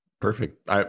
Perfect